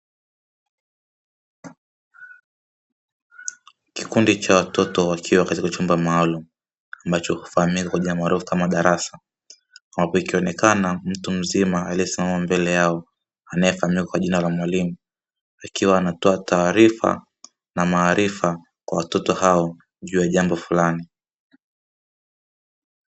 Kikundi cha watoto wakiwa katika chumba maalumu ambacho hufahamika kwa jina maalumu kama darasa, ikionekana mtu mzima aliyesimama mbele yao anayefahamika kwa jina la mwalimu, akiwa anatoa taarifa na maarifa kwa watoto hao juu ya jambo fulani.